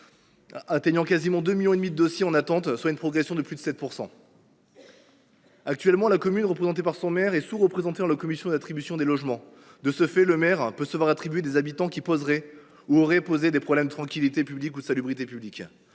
nombreux : près de 2,5 millions de dossiers sont en attente, soit une progression de plus de 7 %. Actuellement, la commune, en la personne de son maire, est sous représentée dans la commission d’attribution des logements. De ce fait, le maire peut se voir attribuer des habitants qui ont posé ou pourraient poser des problèmes de tranquillité publique ou de salubrité publique.